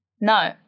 No